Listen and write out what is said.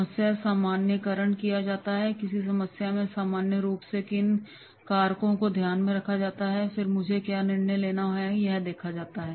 समस्या का सामान्यीकरण किया जाता है और किसी समस्या में सामान्य रूप से किन कारकों को ध्यान में रखा जाता है और फिर मुझे क्या निर्णय लेने हैं यह देखा जाता है